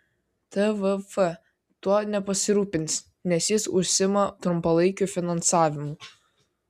tvf tuo nepasirūpins nes jis užsiima trumpalaikiu finansavimu